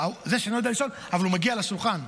אבל הוא מגיע לשולחן.